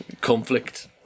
conflict